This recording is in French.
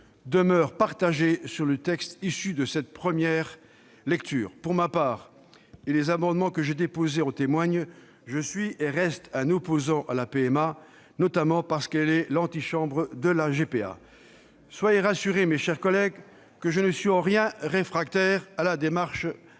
demeurent partagés sur le texte issu de cette première lecture. Pour ma part, et les amendements que j'ai déposés en témoignent, je suis et reste un opposant à la PMA, notamment parce qu'elle est l'antichambre de la GPA. Tout à fait ! Soyez assurés, mes chers collègues, que je ne suis en rien réfractaire à la marche